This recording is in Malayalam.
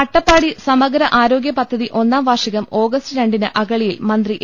അട്ടപ്പാടി സമഗ്ര ആരോഗൃ പദ്ധതി ഒന്നാം വാർഷികം ഓഗസ്റ്റ് രണ്ടിന് അഗളിയിൽ മന്ത്രി എ